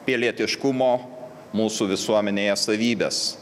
pilietiškumo mūsų visuomenėje savybes